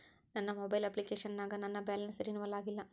ನನ್ನ mobile application ನಾಗ ನನ್ ಬ್ಯಾಲೆನ್ಸ್ ರೀನೇವಲ್ ಆಗಿಲ್ಲ